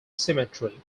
cemetery